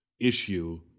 issue